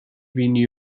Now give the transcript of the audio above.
بینی